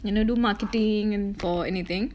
you know do marketing and for anything